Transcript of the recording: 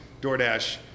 DoorDash